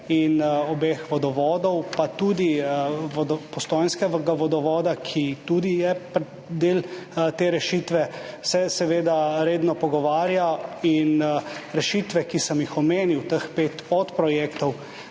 in obeh vodovodov, tudi Postojnskega vodovoda, ki je tudi del te rešitve, se seveda redno pogovarja. Rešitve, ki sem jih omenil, teh pet podprojektov,